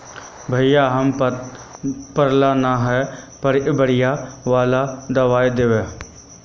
भैया हम पढ़ल न है बढ़िया वाला दबाइ देबे?